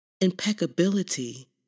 Impeccability